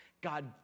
God